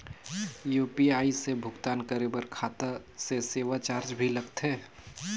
ये यू.पी.आई से भुगतान करे पर खाता से सेवा चार्ज भी लगथे?